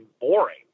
boring